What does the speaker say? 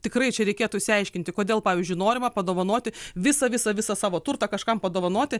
tikrai čia reikėtų išsiaiškinti kodėl pavyzdžiui norima padovanoti visą visą visą savo turtą kažkam padovanoti